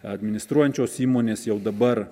administruojančios įmonės jau dabar